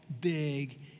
big